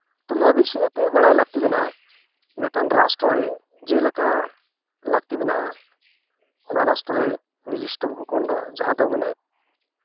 ᱚᱱᱟ ᱵᱮᱥᱤ ᱠᱟᱛᱮᱫ ᱵᱟᱲᱟᱭ ᱞᱟᱹᱠᱛᱤ ᱢᱮᱱᱟᱜᱼᱟ ᱢᱤᱫ ᱴᱟᱱ ᱨᱟᱥᱴᱨᱚ ᱨᱮ ᱡᱮᱞᱮᱠᱟ ᱞᱟᱹᱠᱛᱤ ᱢᱮᱱᱟᱜᱼᱟ ᱚᱱᱟ ᱨᱟᱥᱴᱨᱚ ᱨᱮ ᱱᱤᱨᱫᱤᱥᱴᱚ ᱵᱷᱩᱠᱷᱚᱱᱰ ᱡᱟᱦᱟᱸ ᱫᱚᱠᱚ ᱢᱮᱱᱮᱫ